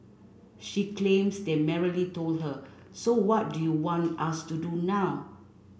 she claims they merely told her So what do you want us to do now